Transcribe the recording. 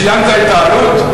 ציינת את העלות.